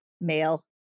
male